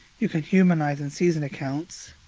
you can humanise and season accounts.